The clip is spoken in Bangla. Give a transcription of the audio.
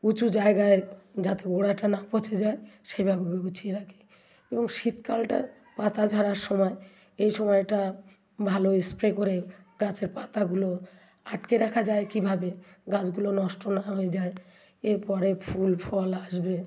উঁচু জায়গায় যাতে গোড়াটা না পচে যায় সেভাবে গুছিয়ে রাখে এবং শীতকালটা পাতা ঝরার সময় এই সময়টা ভালো স্প্রে করে গাছের পাতাগুলো আটকে রাখা যায় কীভাবে গাছগুলো নষ্ট না হয়ে যায় এরপরে ফুল ফল আসবে